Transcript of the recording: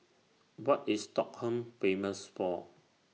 What IS Stockholm Famous For